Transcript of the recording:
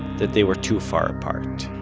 that they were too far apart